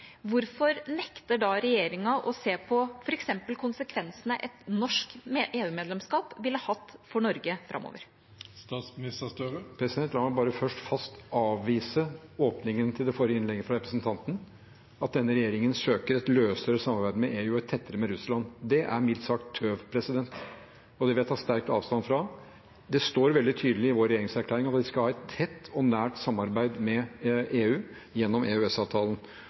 hvorfor nekter da regjeringen å se på f.eks. konsekvensene et norsk EU-medlemskap ville hatt for Norge framover? La meg bare først fast avvise åpningen til det forrige innlegget fra representanten, om at denne regjeringen søker et løsere samarbeid med EU og et tettere med Russland. Det er mildt sagt tøv, og det vil jeg ta sterkt avstand fra. Det står veldig tydelig i vår regjeringserklæring at vi skal ha et tett og nært samarbeid med EU gjennom EØSavtalen,